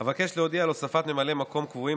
אבקש להודיע על הוספת ממלאי מקום קבועים